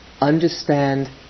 Understand